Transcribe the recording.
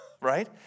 right